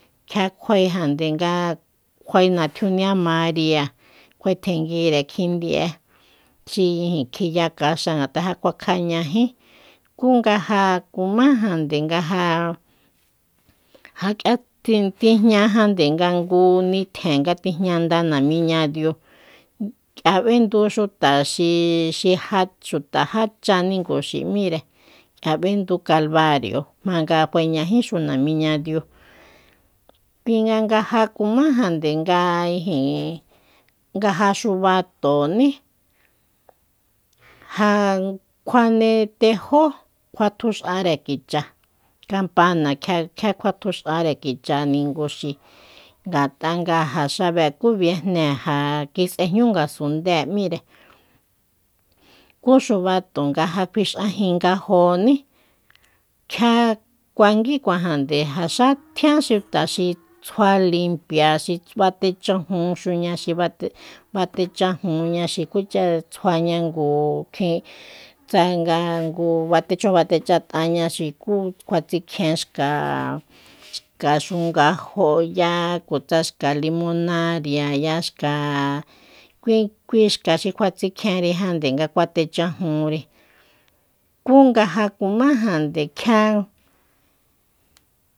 Ja kjuae jande nga kjuae natjunia maria kjuae tjenguire kjindi'e xi kjiya kaxa ngata'a kuakjañají kú nga ja kumájande nga ja- ja k'ia ti- tijñajande nga ngu nitjen nga tijñanda namíña diu k'ia b'endu xuta xi já xuta cha ninguxi míre kía b'endu calbario nga fañajíxu namiña diu kuinga nga ja kumájande nga ijin nga ja xubatoní ja kjuane tejo kjuatjux'are kicha kampana kjia kjua tjux'are kicha ninguxi ngat'a nga xabe kú biejne ja kis'ejñú ngasundée m'íre kú xubato nga ja fix'ajingajóní kjia kuanguíkuajande ja xá tjián xuta xi tsjua limpia xi batechajunxuña bate- batechajunña xikúcha tsjuaña ngu tjin tsanga batechajun batechat'aña xuku kjua tsikjien xka- xka xungajo ya kutsa xka limunaria ya xka kui- kui xka xi kuatsichjenrijande nga kuatechajunri kú nga ja kumájande kjia